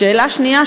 שאלה שנייה,